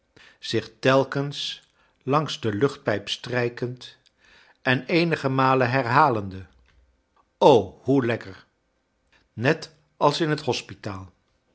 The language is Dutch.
zich telkens langs de luchtpijp strijkend en eenige malen herhalende hoe lekker net als in het hospitaal